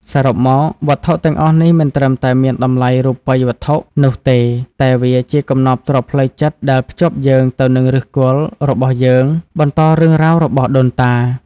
សរុបមក វត្ថុទាំងអស់នេះមិនត្រឹមតែមានតម្លៃរូបិយវត្ថុនោះទេ តែវាជា កំណប់ទ្រព្យផ្លូវចិត្ត ដែលភ្ជាប់យើងទៅនឹងឫសគល់របស់យើង បន្តរឿងរ៉ាវរបស់ដូនតា។